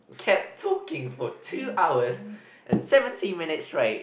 kept talking for two hours and seventeen minutes straight